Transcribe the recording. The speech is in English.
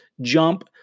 jump